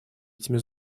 этими